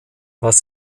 was